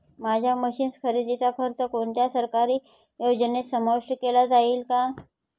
माझ्या मशीन्स खरेदीचा खर्च कोणत्या सरकारी योजनेत समाविष्ट केला जाईल का?